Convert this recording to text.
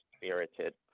spirited